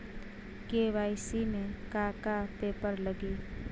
KYC में का का पेपर लगी?